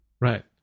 Right